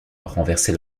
renverser